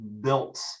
built